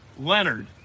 Leonard